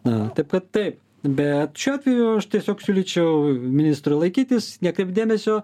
na taip kad tai bet šiuo atveju aš tiesiog siūlyčiau ministrui laikytis nekreipt dėmesio